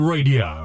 Radio